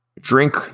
drink